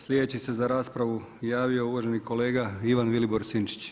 Slijedeći se za raspravu javio uvaženi kolega Ivan Vilibor Sinčić.